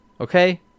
Okay